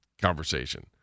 conversation